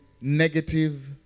negative